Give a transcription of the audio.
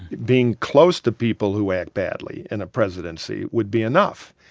being close to people who act badly in a presidency would be enough.